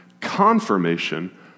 confirmation